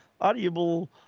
audible